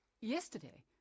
Yesterday